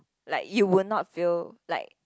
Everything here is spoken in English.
like you would not fail like